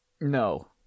No